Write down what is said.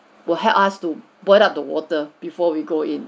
will help us to boil up the water before we go in